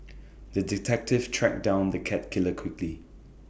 the detective tracked down the cat killer quickly